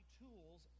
tools